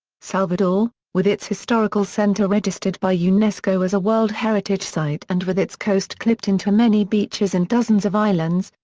salvador, with its historical center registered by unesco as a world heritage site and with its coast clipped into many beaches and dozens of islands,